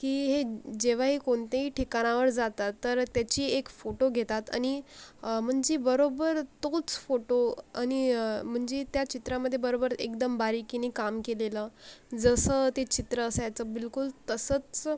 की हे जेव्हाही कोणतेही ठिकाणावर जातात तर त्याची एक फोटो घेतात आणि म्हणजे बरोबर तोच फोटो आणि म्हणजे त्या चित्रामध्ये बरोबर एकदम बारिकीनी काम केलेलं जसं ते चित्र असायचं बिलकुल तसंच